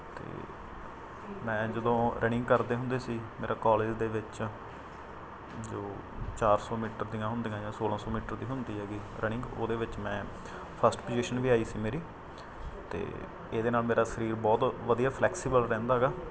ਅਤੇ ਮੈਂ ਜਦੋਂ ਰਨਿੰਗ ਕਰਦੇ ਹੁੰਦੇ ਸੀ ਮੇਰਾ ਕਾਲਜ ਦੇ ਵਿੱਚ ਜੋ ਚਾਰ ਸੌ ਮੀਟਰ ਦੀਆਂ ਹੁੰਦੀਆਂ ਜਾਂ ਸੋਲਾਂ ਸੌ ਮੀਟਰ ਦੀ ਹੁੰਦੀ ਹੈਗੀ ਰਨਿੰਗ ਉਹਦੇ ਵਿੱਚ ਮੈਂ ਫਸਟ ਪੁਜ਼ੀਸ਼ਨ ਵੀ ਆਈ ਸੀ ਮੇਰੀ ਅਤੇ ਇਹਦੇ ਨਾਲ ਮੇਰਾ ਸਰੀਰ ਬਹੁਤ ਵਧੀਆ ਫਲੈਕਸੀਬਲ ਰਹਿੰਦਾ ਹੈਗਾ